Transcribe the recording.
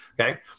Okay